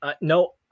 no